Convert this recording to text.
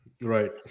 Right